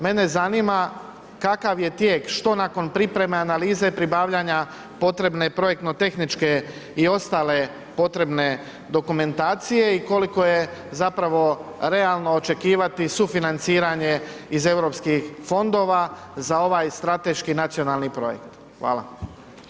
Mene zanima kakav je tijek, što nakon pripreme, analize, pribavljanja potrebne projektno-tehničke i ostale potrebne dokumentacije i koliko je zapravo realno očekivati sufinanciranje iz EU fondova za ovaj strateški nacionalni projekt.